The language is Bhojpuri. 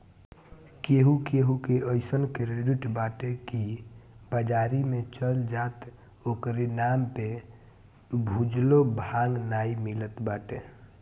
केहू केहू के अइसन क्रेडिट बाटे की बाजारी में चल जा त ओकरी नाम पे भुजलो भांग नाइ मिलत बाटे